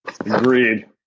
Agreed